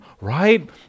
right